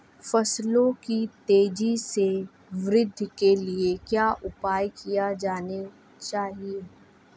फसलों की तेज़ी से वृद्धि के लिए क्या उपाय किए जाने चाहिए?